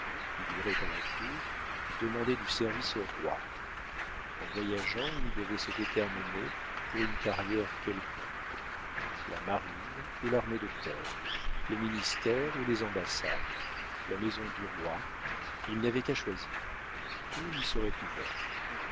il irait à la cour demander du service au roi en voyageant il devait se déterminer pour une carrière quelconque la marine ou l'armée de terre les ministères ou les ambassades la maison du roi il n'avait qu'à choisir tout lui serait ouvert